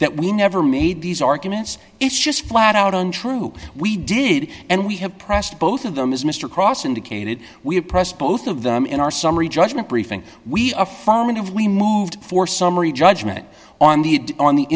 that we never made these arguments it's just flat out on true we did and we have pressed both of them as mr cross indicated we have pressed both of them in our summary judgment briefing we affirm and if we moved for summary judgment on the on the